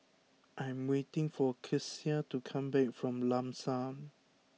I am waiting for Kecia to come back from Lam San